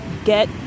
get